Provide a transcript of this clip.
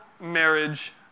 marriage